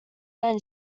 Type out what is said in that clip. then